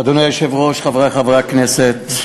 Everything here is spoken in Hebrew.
אדוני היושב-ראש, חברי חברי הכנסת,